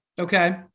Okay